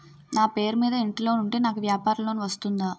నా పేరు మీద ఇంటి లోన్ ఉంటే నాకు వ్యాపార లోన్ వస్తుందా?